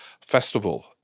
festival